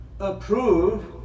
approve